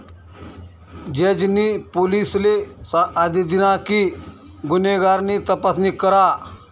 जज नी पोलिसले आदेश दिना कि गुन्हेगार नी तपासणी करा